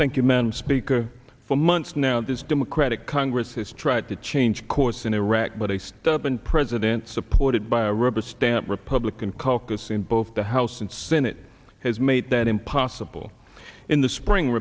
you man speaker for months now this democratic congress has tried to change course in iraq but a step in president supported by a rubber stamp republican caucus in both the house and senate has made that impossible in the spring